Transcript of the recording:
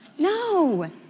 No